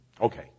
okay